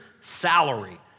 salary